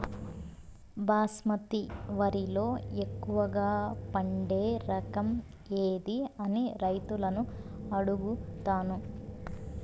బాస్మతి వరిలో ఎక్కువగా పండే రకం ఏది అని రైతులను అడుగుతాను?